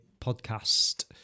Podcast